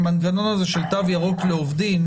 המנגנון הזה של תו ירוק לעובדים,